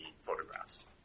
photographs